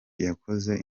yakoze